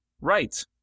right